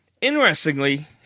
Interestingly